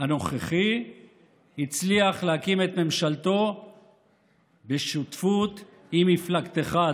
הנוכחי הצליח להקים את ממשלתו בשותפות עם מפלגתך,